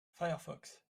firefox